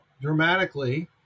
dramatically